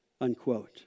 unquote